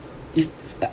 if